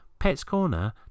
petscorner